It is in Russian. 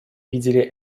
видели